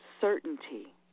certainty